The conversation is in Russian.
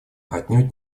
отнюдь